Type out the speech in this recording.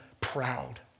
proud